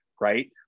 Right